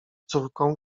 córką